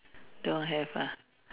don't have ah